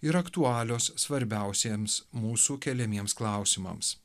ir aktualios svarbiausiems mūsų keliamiems klausimams